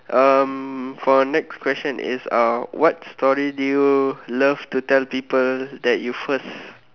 um for next question is uh what story do you love to tell people that you first